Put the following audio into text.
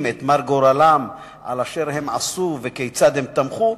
את מר גורלם על אשר הם עשו וכיצד הם תמכו,